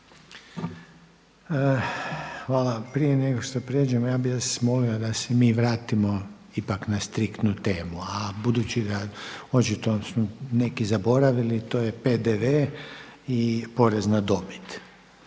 Hvala. Prije nego što prijeđemo, ja bih vas molio da se mi vratimo ipak na striktnu temu, a budući da očito su neki zaboravili, to je PDV i porez na dobit.